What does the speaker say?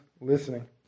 listening